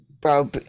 bro